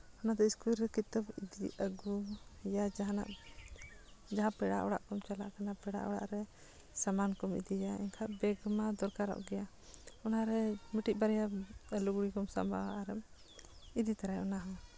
ᱚᱱᱟᱛᱮ ᱥᱠᱩᱞ ᱨᱮ ᱠᱤᱛᱟᱹᱵᱽ ᱤᱫᱤᱼᱟᱹᱜᱩ ᱨᱮᱭᱟᱜ ᱡᱟᱦᱟᱱᱟᱜ ᱡᱟᱦᱟᱸ ᱯᱮᱰᱟ ᱚᱲᱟᱜ ᱠᱚᱢ ᱪᱟᱞᱟᱜ ᱠᱟᱱᱟ ᱯᱮᱲᱟ ᱚᱲᱟᱜ ᱨᱮ ᱥᱟᱢᱟᱱ ᱠᱚᱢ ᱤᱫᱤᱭᱟ ᱮᱱᱠᱷᱟᱱ ᱵᱮᱜᱽ ᱢᱟ ᱫᱚᱨᱠᱟᱨᱚᱜ ᱜᱮᱭᱟ ᱚᱱᱟ ᱨᱮ ᱢᱤᱫᱴᱮᱡ ᱵᱟᱨᱭᱟ ᱞᱩᱜᱽᱲᱤ ᱠᱚᱢ ᱥᱟᱸᱵᱟᱣᱟ ᱟᱨᱮᱢ ᱤᱫᱤ ᱛᱟᱨᱟᱭᱟ ᱚᱱᱟ ᱦᱚᱸ